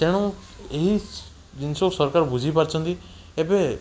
ତେଣୁ ଏହି ଜିନିଷକୁ ସରକାର ବୁଝି ପାରିଛନ୍ତି ଏବେ